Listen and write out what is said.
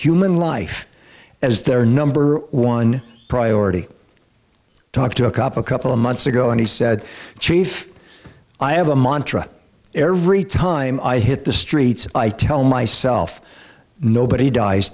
human life as their number one priority talk to a couple a couple of months ago and he said chief i have a montra every time i hit the streets i tell myself nobody dies